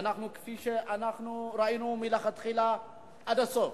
כפי שאנחנו ראינו מלכתחילה עד הסוף,